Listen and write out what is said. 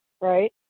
right